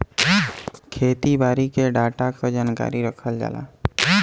खेती बारी के डाटा क जानकारी रखल जाला